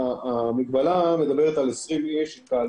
המגבלה מדברת על 20 אנשים אבל